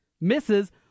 misses